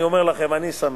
אני אומר לכם, אני שמח.